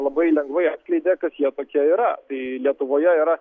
labai lengvai atskleidė kas jie tokie yra tai lietuvoje yra